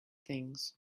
things